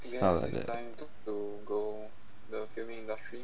like that